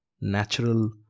natural